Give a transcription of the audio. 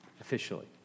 officially